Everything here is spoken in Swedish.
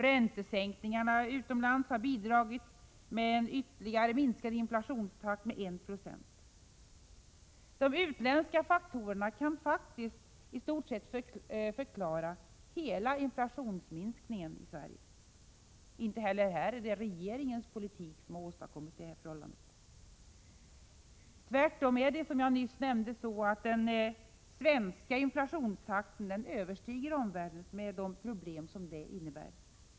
Räntesänkningarna utomlands har bidragit med en ytterligare minskad inflationstakt med 1 96. De utländska faktorerna kan faktiskt i stort sett förklara hela inflationsminskningen i Sverige — inte heller här är det regeringens politik som har åstadkommit detta förhållande. Tvärtom är det, som jag nyss nämnde, så att den svenska inflationstakten överstiger omvärldens med de problem som det innebär.